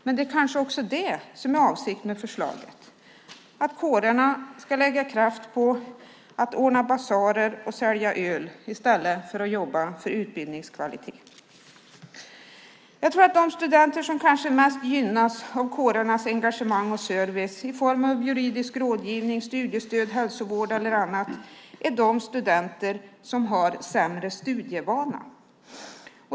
Men det kanske också är det som är avsikten med förslaget, att kårerna ska lägga kraft på att ordna basarer och sälja öl i stället för att jobba för utbildningens kvalitet. Jag tror att de studenter som mest gynnas av kårernas engagemang och service i form av juridisk rådgivning, studiestöd, hälsovård eller annat är de studenter som har sämre studievana.